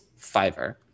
Fiverr